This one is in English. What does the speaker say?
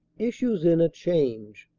issues in a change,